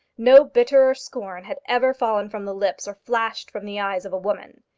no bitterer scorn had ever fallen from the lips or flashed from the eyes of a woman.